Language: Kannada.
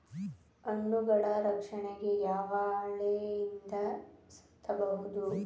ಹಣ್ಣುಗಳ ರಕ್ಷಣೆಗೆ ಯಾವ ಹಾಳೆಯಿಂದ ಸುತ್ತಬಹುದು?